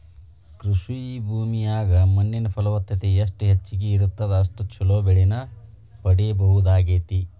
ಕೃಷಿ ಭೂಮಿಯಾಗ ಮಣ್ಣಿನ ಫಲವತ್ತತೆ ಎಷ್ಟ ಹೆಚ್ಚಗಿ ಇರುತ್ತದ ಅಷ್ಟು ಚೊಲೋ ಬೆಳಿನ ಪಡೇಬಹುದಾಗೇತಿ